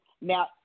Now